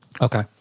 Okay